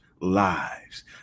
lives